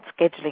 scheduling